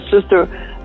sister